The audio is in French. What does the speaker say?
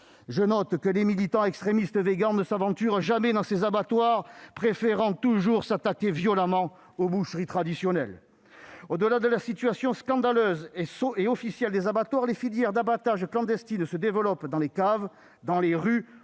que les militants extrémistes végans ne s'aventurent jamais dans ces abattoirs, préférant toujours s'attaquer violemment aux boucheries traditionnelles. Au-delà de la situation scandaleuse et officielle des abattoirs, les filières d'abattage clandestines se développent, dans les caves, dans les rues,